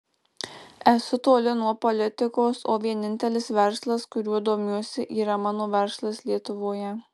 esu toli nuo politikos o vienintelis verslas kuriuo domiuosi yra mano verslas lietuvoje